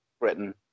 Britain